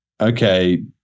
okay